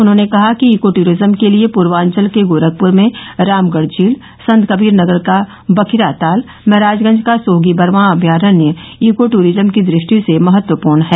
उन्होंने कहा कि ईको टूरिज्म के लिये पूर्वाचल के गोरखप्र में रामगढ़ झील संतकबीरनगर का बखिरा ताल महराजगंज का सोहगीबरवा अम्यारण्य ईको टूरिज्म की दृष्टि से महत्वपूर्ण हैं